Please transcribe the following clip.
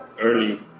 early